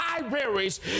libraries